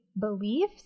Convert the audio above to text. beliefs